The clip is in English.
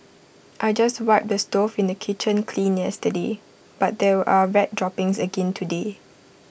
I just wiped the stove in the kitchen clean yesterday but there are rat droppings again today